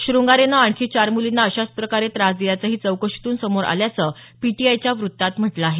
शृंगारेनं आणखी चार मूलींना अशाच प्रकारे त्रास दिल्याचंही चौकशीतून समोर आल्याचं पीटीआयच्या वृत्तात म्हटल आहे